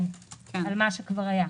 כן, על מה שכבר היה.